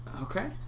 Okay